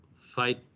fight